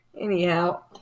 Anyhow